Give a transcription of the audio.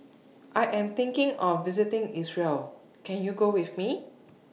I Am thinking of visiting Israel Can YOU Go with Me